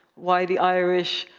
why the irish?